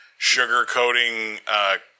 sugarcoating